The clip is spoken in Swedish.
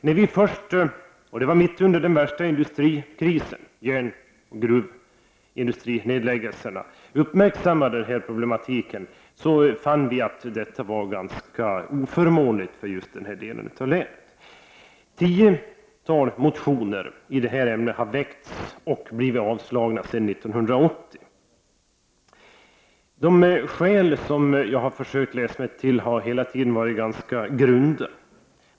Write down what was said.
När vi först uppmärksammade problemen — det var mitt under den värsta industrikrisen med nedläggningar av gruvindustrin — fann vi att stödet var ganska oförmånligt för just den här delen av länet. Det har väckts ett tiotal motioner i ämnet sedan 1980, och dessa har avslagits. De skäl som jag har läst mig till har hela tiden varit ganska grunda.